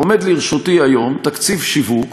עומד לרשותי היום תקציב שיווק